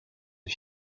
est